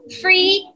free